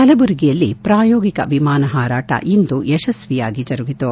ಕಲಬುರಗಿಯಲ್ಲಿ ಪ್ರಾಯೋಗಿಕ ವಿಮಾನ ಹಾರಾಟ ಇಂದು ಯಶಸ್ವಿಯಾಗಿ ಜರುಗಿತು